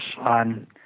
on